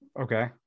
Okay